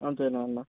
అంతేనా అన్న